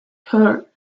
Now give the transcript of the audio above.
her